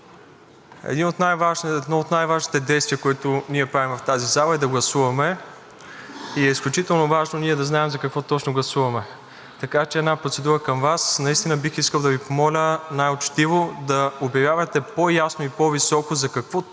колеги! Едно от най-важните действия, които ние правим в тази зала, е да гласуваме. И е изключително важно да знаем за какво точно гласуваме. Така че една процедура към Вас. Наистина бих искал да Ви помоля най учтиво да обявявате по-ясно и по-високо за какво